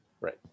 Right